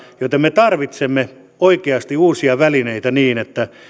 joten me tarvitsemme oikeasti uusia välineitä niin että